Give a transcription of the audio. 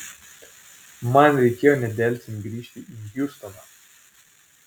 man reikėjo nedelsiant grįžti į hjustoną